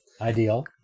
Ideal